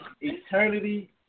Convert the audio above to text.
eternity